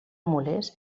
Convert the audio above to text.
molest